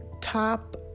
top